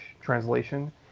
translation